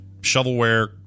shovelware